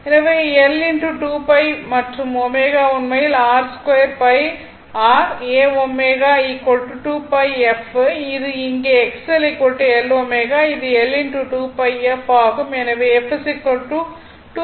எனவே L 2 pi மற்றும் ω உண்மையில் r2 pi r a ω 2 pi f இது இங்கே X L L ω இது L 2 pi f ஆகும்